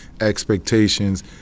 expectations